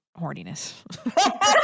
horniness